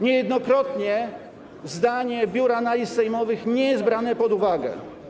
Niejednokrotnie zdanie Biura Analiz Sejmowych nie jest brane pod uwagę.